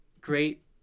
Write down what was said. great